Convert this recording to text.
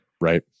Right